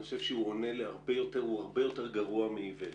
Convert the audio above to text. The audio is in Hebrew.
אני חושב שהוא הרבה יותר גרוע מאיוולת.